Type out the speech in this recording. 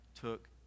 took